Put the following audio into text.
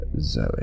Zoe